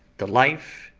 the life,